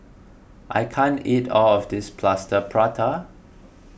I can't eat all of this Plaster Prata